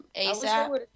ASAP